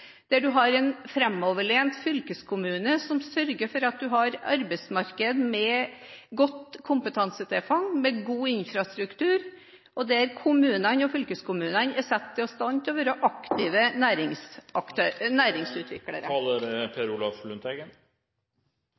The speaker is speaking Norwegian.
der en har en framoverlent fylkeskommune som sørger for at en har et arbeidsmarked med godt kompetansetilfang og god infrastruktur, og der kommunene og fylkeskommunene er blitt satt i stand til å være aktive næringsutviklere.